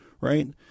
right